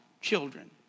children